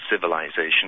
civilization